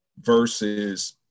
versus